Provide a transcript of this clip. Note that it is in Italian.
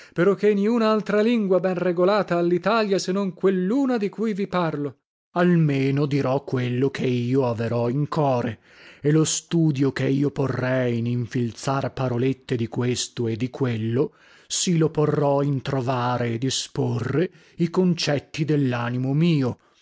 ragione peroché niuna altra lingua ben regolata ha litalia se non quelluna di cui vi parlo corteg almeno dirò quello che io averò in core e lo studio che io porrei in infilzar parolette di questo e di quello sì lo porrò in trovare e disporre i concetti dellanimo mio